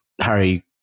Harry